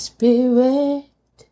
Spirit